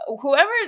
Whoever